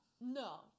No